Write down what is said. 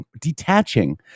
detaching